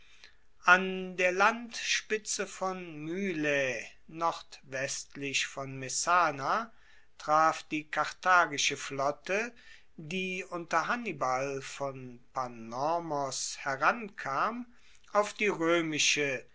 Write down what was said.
an der landspitze von mylae nordwestlich von messana traf die karthagische flotte die unter hannibal von panormos herankam auf die roemische